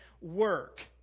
work